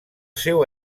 seu